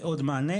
עוד מענה,